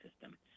system